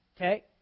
Okay